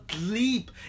leap